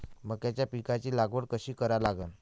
मक्याच्या पिकाची लागवड कशी करा लागन?